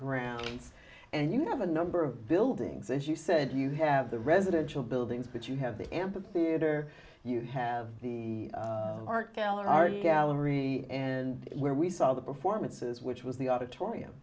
grounds and you have a number of buildings as you said you have the residential buildings but you have the ampitheater you have the art gallery art gallery and where we saw the performances which was the auditorium